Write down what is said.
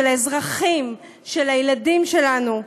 של האזרחים, של הילדים שלנו,